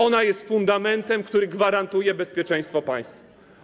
Ona jest fundamentem, który gwarantuje bezpieczeństwo państwa.